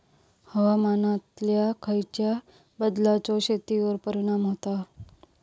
हवामानातल्या खयच्या बदलांचो शेतीवर परिणाम होता?